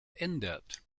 ändert